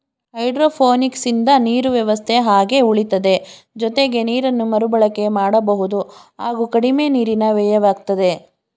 ಹೈಡ್ರೋಪೋನಿಕ್ಸಿಂದ ನೀರು ವ್ಯವಸ್ಥೆ ಹಾಗೆ ಉಳಿತದೆ ಜೊತೆಗೆ ನೀರನ್ನು ಮರುಬಳಕೆ ಮಾಡಬಹುದು ಹಾಗೂ ಕಡಿಮೆ ನೀರಿನ ವ್ಯಯವಾಗ್ತದೆ